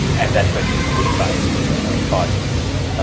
and that person could face five years?